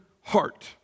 heart